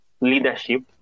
Leadership